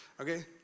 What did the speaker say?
okay